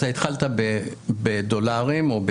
אתה התחלת בדולרים או ב-ין,